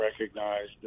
recognized